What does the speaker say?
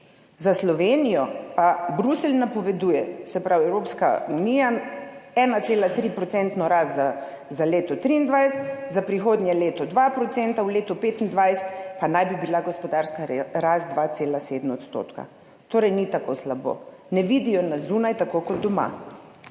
Za Slovenijo pa Bruselj napoveduje, se pravi Evropska unija, 1,3 % rast za leto 2023, za prihodnje leto 2 %, v letu 2025 pa naj bi bila gospodarska rast 2,7 %. Torej ni tako slabo. Ne vidijo nas zunaj tako kot doma.